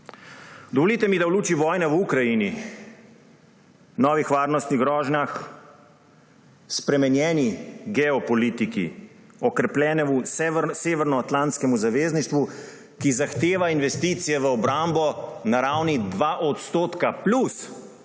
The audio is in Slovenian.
Dovolite mi, da v luči vojne v Ukrajini, ob novih varnostnih grožnjah, spremenjeni geopolitiki, okrepljenem Severnoatlantskem zavezništvu, ki zahteva investicije v obrambo na ravni 2 % plus,